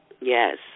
Yes